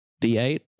d8